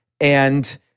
and-